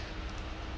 right